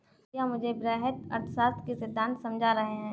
भैया मुझे वृहत अर्थशास्त्र के सिद्धांत समझा रहे हैं